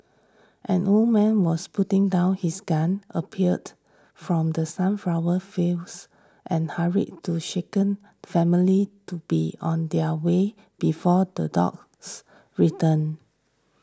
an old man was putting down his gun appeared from the sunflower fields and hurried to shaken family to be on their way before the dogs return